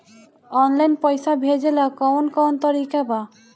Online पइसा भेजेला कवन कवन तरीका बा?